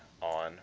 on